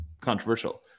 controversial